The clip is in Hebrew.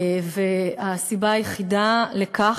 הסיבה היחידה לכך,